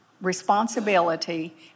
responsibility